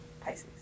Pisces